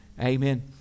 amen